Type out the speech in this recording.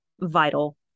vital